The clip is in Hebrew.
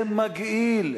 זה מגעיל.